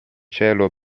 cielo